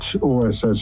OSS